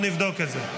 2024,